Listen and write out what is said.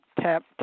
tap